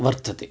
वर्तते